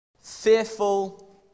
fearful